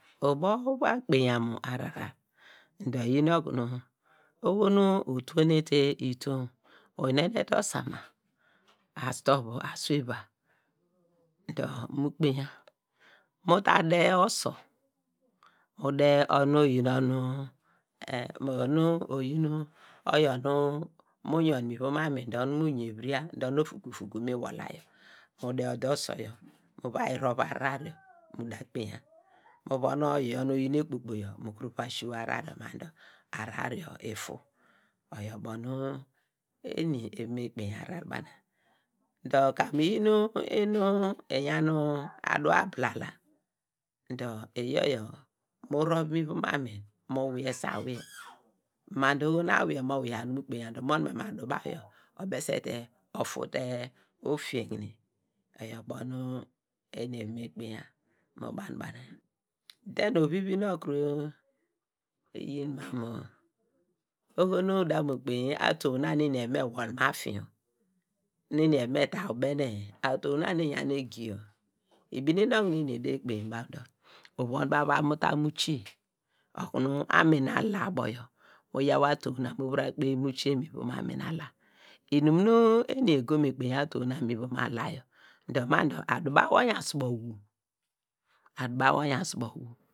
Ubo uva kpeinyam ahrar, dor iyin okunu oho nu utone te itonw, uyinene te osoma asu tovu asu- iva dor mu kpeinya mu ta de osor mu de onu oyin onu, eh onu oyin iyor nu mu yon mi vom amene dor mi yenvipa dor nu ofuku fuku mi wola yor mie de ode ufor yor muvayi rov ahrar yo muda kpeinya, mu von oyor nu oyin ekpokpo yor mu kuru va shuw ahrar yor ma dor ahrar yor ifu oyor ubo nu eva me kpeiny ahrar mu bana, dor kam iyen nu iyon adu abala la dor iyor yor mu towv mu ivom amin mo wiyese awiye ma dor oho nu awoye mo wiya dor nu kpeinya dor umon inam mu adu baw yor obesete ofute ofiekine oyor abo nu eni eva me kpeinya mu banu bana yor den ovi vi nu okuru oyin ma mu oho nu oda kpany atuw nu na nu eni eva me ubene atuw na nu iyan egi yor ibinen okunu eni ede kpeiny ba dor mu von baw mu va tamu utiye okunu anun allayor abo yor mu yaw atuw na mu vata kpeiny mu atiye mu ivom amin ala, inum nu eni ego me kpeiny atuw na mi ivom ala yor ma dor adu baw oyan suwo wu, adu baw oyan suwo ivu.